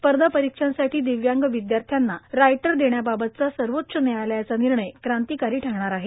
स्पर्धा परीक्षांसाठी शिव्यांग विदयार्थ्याना रायटर ोण्याबाबतचा सर्वोच्च न्यायालयाचा निर्णय क्रांतिकारी ठरणार आहे